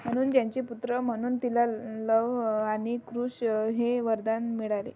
म्हणून ज्यांचे पुत्र म्हणून तिला ल न लव आणि कुश हे वरदान मिळाले